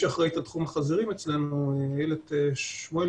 מי שאחראית על תחום החזירים אצלנו, אילת שמואלי